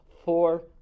Four